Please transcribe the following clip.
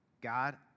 God